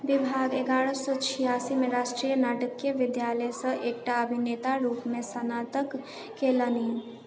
विभाग एगारह सए छिआसी मे राष्ट्रीय नाट्य विद्यालयसँ एकटा अभिनेता रूपमे स्नातक केलनि